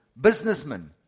businessmen